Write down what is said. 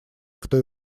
кто